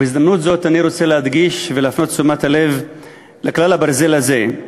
בהזדמנות זו אני רוצה להדגיש ולהפנות את תשומת הלב לכלל הברזל הזה,